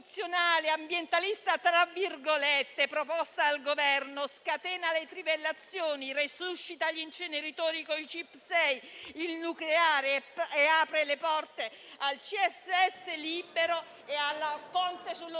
ambientalista tra virgolette, proposta dal Governo, scatena le trivellazioni, resuscita gli inceneritori con il CIP6, il nucleare e apre le porte al CSS libero e al ponte sullo